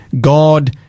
God